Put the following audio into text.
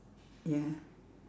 ya